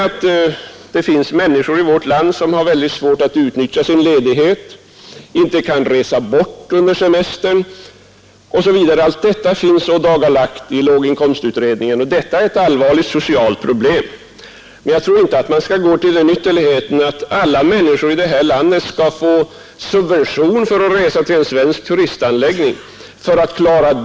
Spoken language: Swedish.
Att det finns människor i vårt land som har mycket svårt att utnyttja sin ledighet, inte kan resa bort under semestern osv. är ådagalagt i låginkomstutredningen. Det är ett allvarligt socialt problem, men jag tror inte att man, för att klara de grupperna, skall gå till den ytterligheten att man ger alla människor i det här landet subvention för att resa till en svensk turistanläggning.